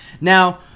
Now